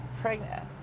pregnant